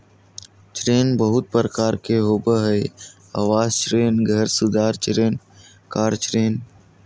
ऋण बहुत प्रकार के होबा हइ आवास ऋण, घर सुधार ऋण, कार ऋण